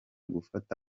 gufata